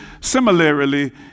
similarly